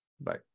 bye